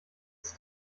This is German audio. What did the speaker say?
ist